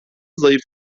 zayıf